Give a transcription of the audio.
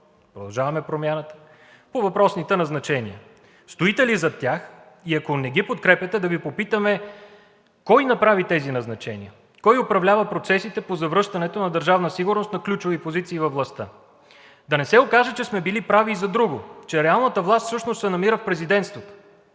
„Продължаваме Промяната“, по въпросните назначения: стоите ли зад тях, и ако не ги подкрепяте, да Ви попитаме кой направи тези назначения, кой управлява процесите по завръщането на Държавна сигурност на ключови позиции във властта? Да не се окаже, че сме били прави и за друго, че реалната власт всъщност се намира в Президентството,